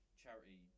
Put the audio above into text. charity